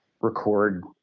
record